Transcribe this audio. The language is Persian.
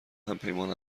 همپیمان